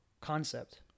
Concept